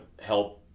help